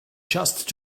just